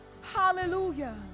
hallelujah